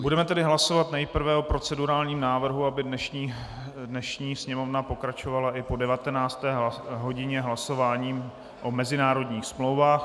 Budeme tedy hlasovat nejprve o procedurálním návrhu, aby dnešní sněmovna pokračovala i po 19. hodině hlasováním o mezinárodních smlouvách.